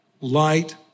Light